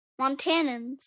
Montanans